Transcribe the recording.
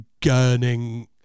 gurning